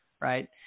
right